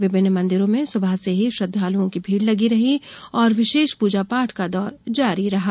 विभिन्न मंदिरों में भी सुबह से ही श्रद्वालुओं की भीड़ लगी रही और विशेष पूजा पाठ का दौर जारी रहा